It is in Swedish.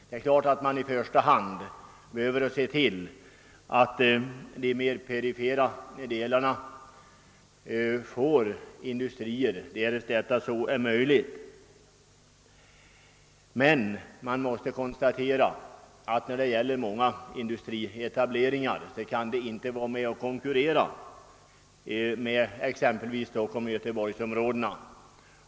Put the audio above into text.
Det är klart att man i första hand bör se till att de mera perifera delarna får industrier därest så är möjligt. Man måste dock konstatera att många orter inte kan vara med och konkurrera med exempelvis Stockholmsoch Göteborgsområdena.